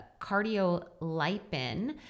cardiolipin